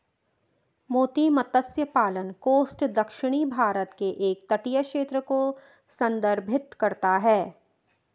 मोती मत्स्य पालन कोस्ट दक्षिणी भारत के एक तटीय क्षेत्र को संदर्भित करता है